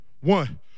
One